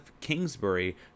Kingsbury